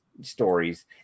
stories